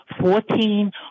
Fourteen